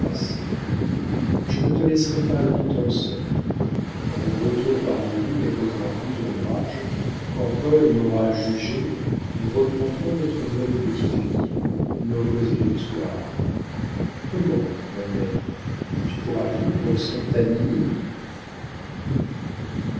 je ne te laisserai pas longtemps seule quand mon retour parmi vous ne causera plus d'ombrage quand paul m'aura jugée nous reprendrons notre bonne petite vie nos causeries du soir comment ma mère tu pourras vivre sans